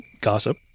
gossip